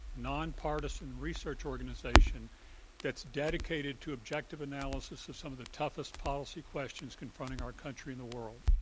nonpartisan research organization that's dedicated to objective analysis of some of the toughest policy questions confronting our country and the world.